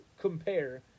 compare